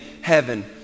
heaven